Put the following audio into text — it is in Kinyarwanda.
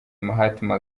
mahatma